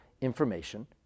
information